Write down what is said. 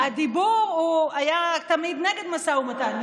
כי הדיבור היה תמיד נגד משא ומתן.